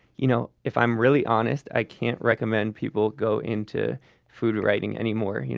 you know if i'm really honest, i can't recommend people go into food writing anymore.